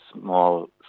small